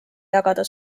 jagada